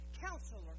Counselor